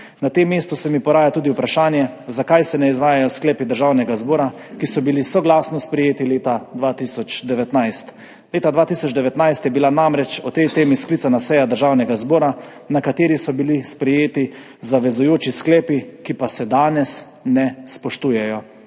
Na tem mestu se mi poraja tudi vprašanje, zakaj se ne izvajajo sklepi Državnega zbora, ki so bili soglasno sprejeti leta 2019. Leta 2019 je bila namreč o tej temi sklicana seja Državnega zbora, na kateri so bili sprejeti zavezujoči sklepi, ki pa se danes ne spoštujejo.